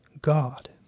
God